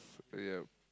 yup